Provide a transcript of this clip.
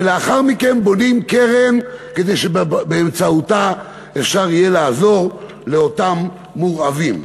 ולאחר מכן בונים קרן כדי שבאמצעותה אפשר יהיה לעזור לאותם מורעבים.